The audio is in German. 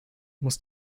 muss